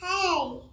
Hey